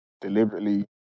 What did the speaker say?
deliberately